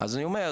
אז אני אומר,